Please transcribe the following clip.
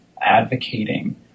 advocating